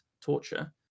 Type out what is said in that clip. torture